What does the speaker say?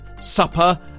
supper